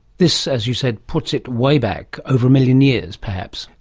this, as you said, puts it way back over a million years perhaps.